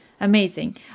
amazing